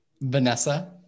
Vanessa